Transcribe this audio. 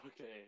okay